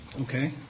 Okay